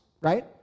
right